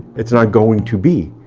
it's not going to be,